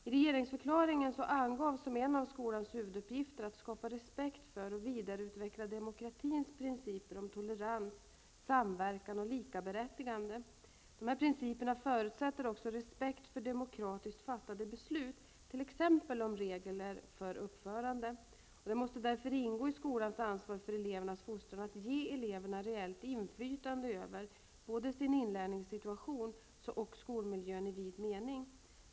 I regeringsförklaringen angavs som en av skolans huvuduppgifter att skapa respekt för och vidareutveckla demokratins principer om tolerans, samverkan och likaberättigande. Dessa principer förutsätter också respekt för demokratiskt fattade beslut t.ex. om regler för uppförande. Det måste därför ingå i skolans ansvar för elevernas fostran att ge eleverna reellt inflytande över både sin inlärningssituation och skolmiljön i vid mening.